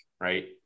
right